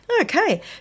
Okay